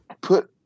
put